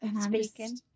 speaking